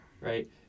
Right